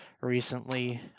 recently